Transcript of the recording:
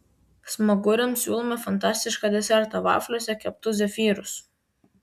smaguriams siūlome fantastišką desertą vafliuose keptus zefyrus